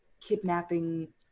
kidnapping